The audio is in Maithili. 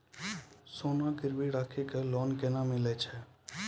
सोना गिरवी राखी कऽ लोन केना मिलै छै?